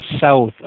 south